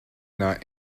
not